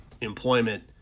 employment